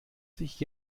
sich